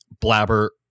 Blabber